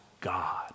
God